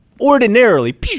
ordinarily